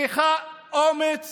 צריך אומץ